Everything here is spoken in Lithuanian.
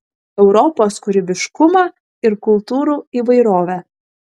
europos kūrybiškumą ir kultūrų įvairovę